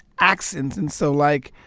accents. and so like,